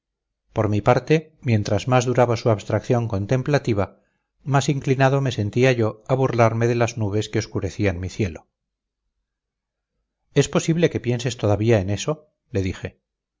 por mi parte mientras más duraba su abstracción contemplativa más inclinado me sentía yo a burlarme de las nubes que oscurecían mi cielo es posible que pienses todavía en eso le dije